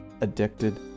addicted